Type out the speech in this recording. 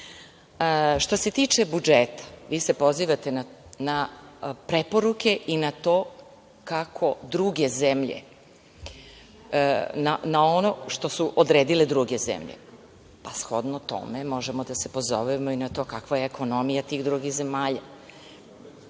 se tiče budžeta, vi se pozivate na preporuke i na to kako druge zemlje, na ono što su odredile druge zemlje. Shodno tome možemo da se pozovemo i na to kakva je ekonomija tih drugih zemalja.